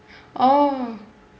oh